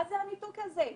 מה זה הניתוק הזה?